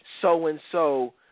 So-and-so